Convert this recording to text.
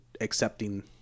accepting